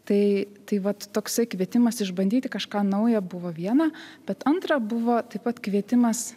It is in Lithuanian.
tai tai vat toksai kvietimas išbandyti kažką naujo buvo vieną bet antra buvo taip pat kvietimas